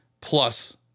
plus